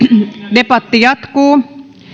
debatti jatkuu